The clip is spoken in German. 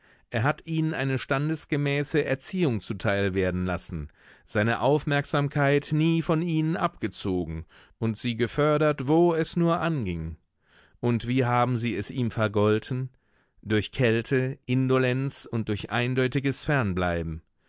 er hat ihnen eine standesgemäße erziehung zuteil werden lassen seine aufmerksamkeit nie von ihnen abgezogen und sie gefördert wo es nur anging und wie haben sie es ihm vergolten durch kälte indolenz und durch eindeutiges fernbleiben